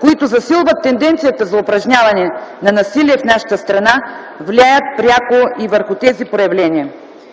които засилват тенденцията за упражняване на насилие в нашата страна, влияят пряко и върху тези проявления.